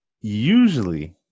Usually